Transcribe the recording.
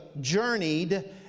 journeyed